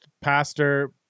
pastor